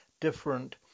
different